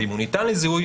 ואם הוא ניתן לזיהוי,